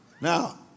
Now